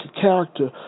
character